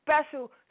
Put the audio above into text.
special